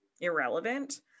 irrelevant